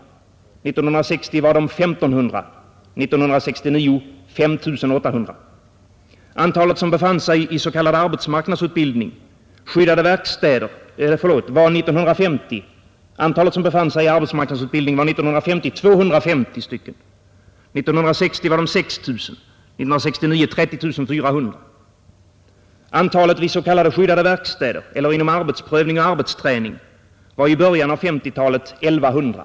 År 1960 var de 1 500 och 1969 5 800. Antalet som befann sig i s.k. arbetsmarknadsutbildning var 1950 250 stycken. År 1960 var de 6 000 och 1969 30 400. Antalet vid s.k. skyddade verkstäder eller inom arbetsprövning och arbetsträning var i början av 1950-talet 1 100.